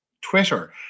Twitter